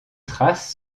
traces